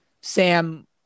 Sam